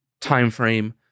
timeframe